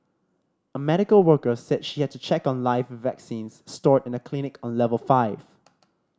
a medical worker said she had to check on live vaccines stored in a clinic on level five